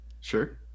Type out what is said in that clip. sure